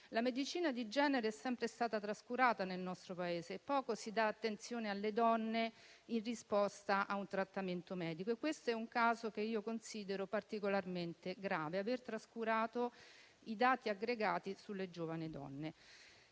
La medicina di genere è sempre stata trascurata nel nostro Paese e poco si dà attenzione alle donne in risposta a un trattamento medico. Questo è un caso che io considero particolarmente grave: aver trascurato cioè i dati aggregati sulle giovani donne.